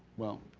well,